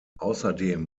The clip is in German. außerdem